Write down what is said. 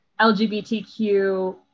LGBTQ